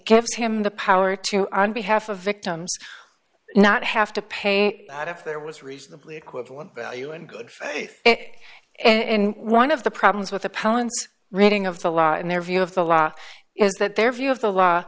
gives him the power to on behalf of victims not have to pay out if there was reasonably equivalent value in good faith and one of the problems with the power reading of the law and their view of the law is that their view of the law